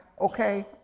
okay